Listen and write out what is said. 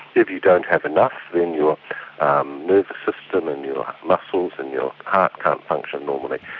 if you don't have enough, then your nervous system and your muscles and your heart can't function normally.